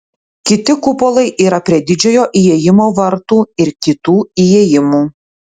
kiti kupolai yra prie didžiojo įėjimo vartų ir kitų įėjimų